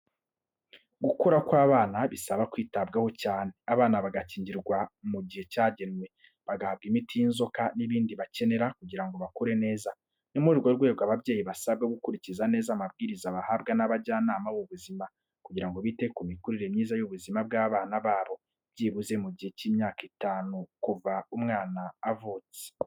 Gukura kw’abana bisaba kwitabwaho cyane. Abana bagakingirwa mu gihe cyagenwe, bagahabwa imiti y’inzoka n’ibindi bakenera kugira ngo bakure neza. Ni muri urwo rwego ababyeyi basabwa gukurikiza neza amabwiriza bahabwa n’abajyanama b’ubuzima, kugira ngo bite ku mikurire myiza y’ubuzima bw’abana babo, byibuze mu gihe cy’imyaka itanu kuva umwana avutse.